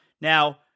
Now